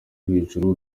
hejuru